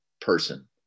person